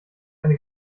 eine